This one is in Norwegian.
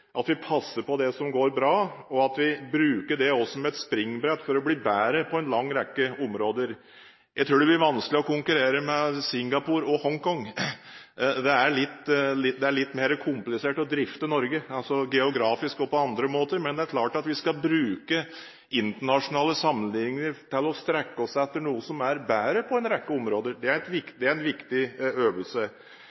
at vi passer på det som går bra, og at vi bruker det som et springbrett for å bli bedre på en lang rekke områder. Jeg tror det blir vanskelig å konkurrere med Singapore og Hongkong, det er litt mer komplisert å drifte Norge geografisk og på andre måter, men det er klart at vi skal bruke internasjonale sammenligninger til å strekke oss etter noe som er bedre på en rekke områder. Det er